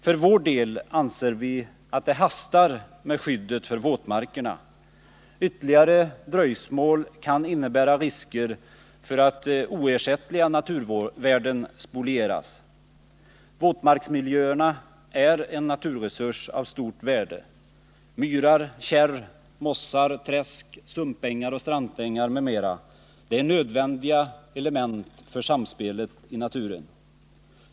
För vår del anser vi att det hastar med skyddet för våtmarkerna. Ytterligare dröjsmål kan innebära risker för att oersättliga naturvärden spolieras. Våtmarksmiljöerna är en naturresurs av stort värde. Myrar, kärr, mossar, träsk, sumpängar och strandängar m.m. är nödvändiga element för samspelet i naturen.